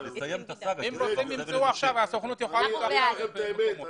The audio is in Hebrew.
אני אגיד לכם את האמת,